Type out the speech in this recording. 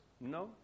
No